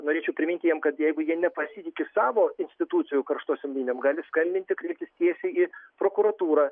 norėčiau priminti jiem kad jeigu jie nepasitiki savo institucijų karštosiom linijom gali skambinti kreiptis tiesiai į prokuratūrą